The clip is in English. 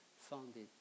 founded